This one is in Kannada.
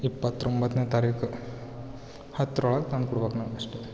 ಇಪ್ಪತ್ತೊಂಬತ್ತನೇ ತಾರೀಕು ಹತ್ತರೊಳಗ್ ತಂದು ಕೊಡ್ಬೇಕ್ ನಮ್ಗೆ ಅಷ್ಟೇ